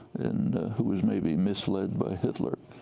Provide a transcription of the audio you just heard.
and who was maybe misled by hitler.